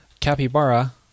Capybara